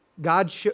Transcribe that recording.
God